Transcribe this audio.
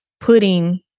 putting